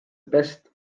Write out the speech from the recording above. best